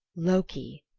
loki,